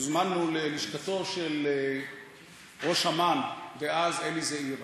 הוזמנו ללשכתו של ראש אמ"ן דאז אלי זעירא.